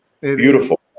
beautiful